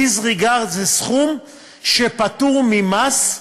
זה סכום שפטור ממס,